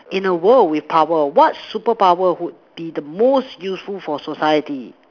in the world with power what superpower would be the most useful for society